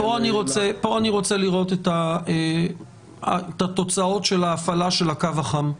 פה אני רוצה לראות את התוצאות של ההפעלה של הקו החם.